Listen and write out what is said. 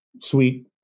sweet